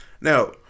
Now